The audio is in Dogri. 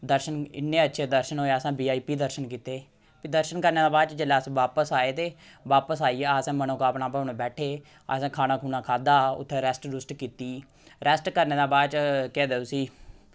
दर्शन इन्ने अच्छे दर्शन होए असें वी आई पी दर्शन कीते ते दर्शन करने दे बाद च जिल्लै अस बापस आए ते बापस आइयै असें मनोकामना भवन बैठे असें खाना खुना खाद्धा उत्थै रैस्ट रुस्ट कीती रैस्ट करने दे बाद च केह् आखदे उसी